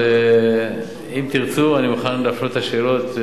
אבל אם תרצו אני מוכן להפנות את השאלות לבנקים,